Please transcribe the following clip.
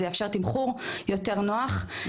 זה יאפשר תמחור יותר נוח,